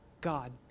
God